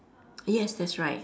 yes that's right